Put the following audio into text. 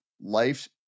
life